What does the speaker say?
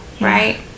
right